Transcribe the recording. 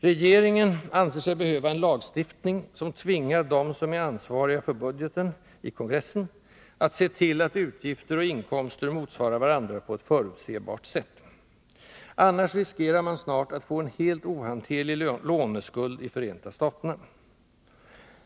Regeringen anser sig behöva en lagstiftning som tvingar dem som är ansvariga för budgeten i kongressen att se till att utgifter och inkomster motsvarar varandra på ett förutsebart sätt. Annars riskerar man snart att få en helt ohanterlig låneskuld i Förenta staterna.